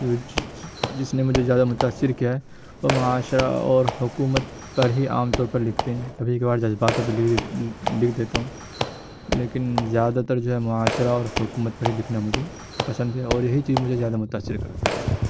جو جس نے مجھے زیادہ متاثر کیا ہے وہ معاشرہ اور حکومت پر ہی عام طور پر لکھتے ہیں کبھی کبھار جذبات پر لکھ لکھ دیتا ہوں لیکن زیادہ تر جو ہے معاشرہ اور حکومت پر ہی لکھنا مجھے پسند ہے اور یہی چیز مجھے زیادہ متاثر کرتی ہے